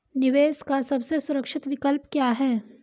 निवेश का सबसे सुरक्षित विकल्प क्या है?